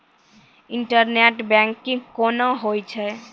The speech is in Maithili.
इंटरनेट बैंकिंग कोना होय छै?